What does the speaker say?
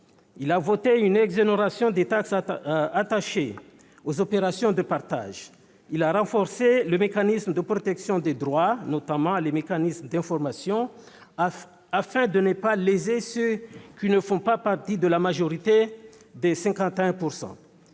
il a voté une exonération des taxes attachées aux opérations de partage ; il a renforcé le mécanisme de protection des droits, notamment en matière d'information, afin de ne pas léser ceux qui ne font pas partie de la majorité des 51